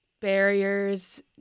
barriers